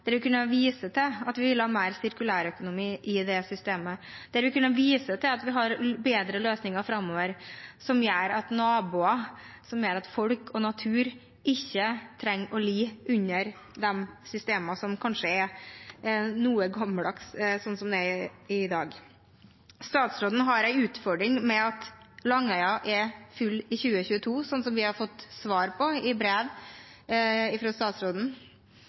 der vi kan vise til at vi vil ha mer sirkulærøkonomi i det systemet, der vi kan vise til at vi har bedre løsninger framover som gjør at naboer, folk og natur ikke trenger å lide under de systemene som slik det er i dag, kanskje er noe gammeldagse. Statsråden har en utfordring med at Langøya er full i 2022, slik vi har fått svar på i brev fra statsråden.